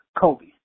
Kobe